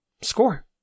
score